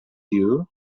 you